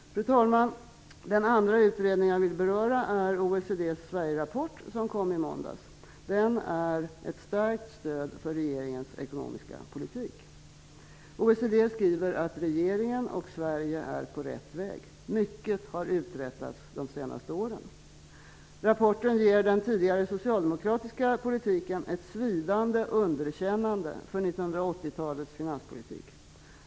Fru talman! Den andra utredning som jag vill beröra är OECD:s Sverigerapport som kom i måndags. Den är ett starkt stöd för regeringens ekonomiska politik. OECD skriver att regeringen och Sverige är på rätt väg. Mycket har uträttats de senaste åren. Rapporten ger den tidigare socialdemokratiska regeringen ett svidande underkännande för 1980 talets finanspolitik.